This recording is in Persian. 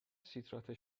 سیتراته